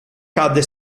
cadde